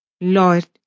Lord